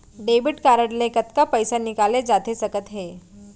Debit card ले कतका पइसा निकाले जाथे सकत हे?